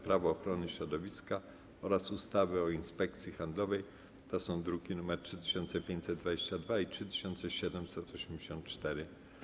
Prawo ochrony środowiska oraz ustawy o Inspekcji Handlowej (druki nr 3522 i 3784)